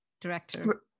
director